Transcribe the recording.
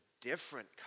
different